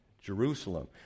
Jerusalem